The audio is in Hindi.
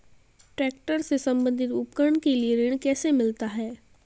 ट्रैक्टर से संबंधित उपकरण के लिए ऋण कैसे मिलता है?